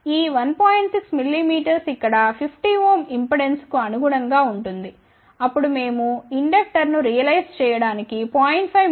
6 మిమీ ఇక్కడ 50 Ω ఇంపెడెన్స్కు అనుగుణంగా ఉంటుంది అప్పుడు మేము ఇండక్టర్ను రియలైజ్ చేయడానికి 0